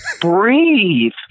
breathe